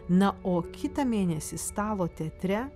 na o kitą mėnesį stalo teatre